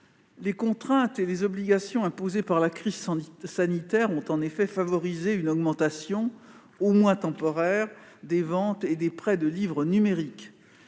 les contraintes et les obligations imposées par la crise sanitaire ont en effet favorisé une augmentation au moins temporaire des ventes et des prêts de livres numériques.